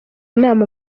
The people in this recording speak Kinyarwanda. inama